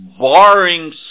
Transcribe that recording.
barring